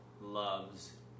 loves